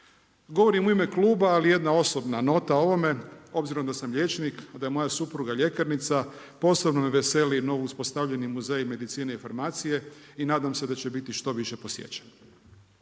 Govorim u ime kluba ali jedna osobna nota ovome, obzirom da sam liječnik a da je moja supruga ljekarnica posebno me veseli novo uspostavljeni muzej medicine i farmacije i nadam se da će biti što više posjećen.